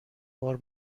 بار